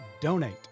donate